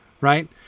Right